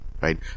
right